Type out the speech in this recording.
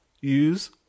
use